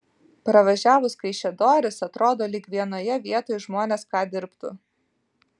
pravažiavus kaišiadoris atrodo lyg vienoje vietoj žmonės ką dirbtų